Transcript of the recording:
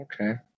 okay